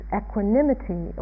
equanimity